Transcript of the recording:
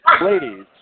ladies